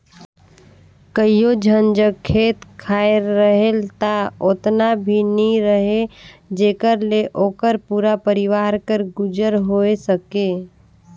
कइयो झन जग खेत खाएर रहेल ता ओतना भी नी रहें जेकर ले ओकर पूरा परिवार कर गुजर होए सके